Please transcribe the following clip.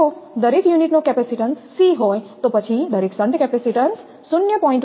જો દરેક યુનિટ નો કેપેસિટીન્સ c હોય તો પછી દરેક શન્ટ કેપેસીટીન્સ 0